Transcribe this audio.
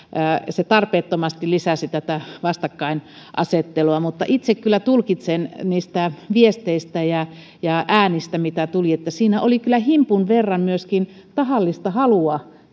se tarpeettomasti lisäsi vastakkainasettelua itse kyllä tulkitsen niistä viesteistä ja äänistä mitä tuli että siinä oli kyllä nyt himpun verran myöskin tahallista halua